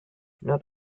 not